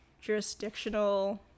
jurisdictional